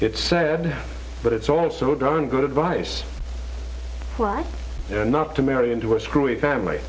it said but it's all so darn good advice and not to marry into a screwy family